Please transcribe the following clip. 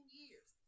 years